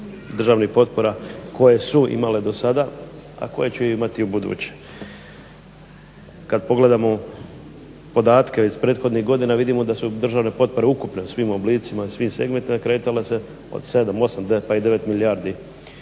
državnih potpora koje su imale do sada, a koje će imati i u buduće. Kada pogledamo podatke iz prethodnih godina vidimo da su državne potpore ukupne u svim oblicima i svim segmentima i kretale se od 7, 8 pa i 9 milijardi